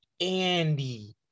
Andy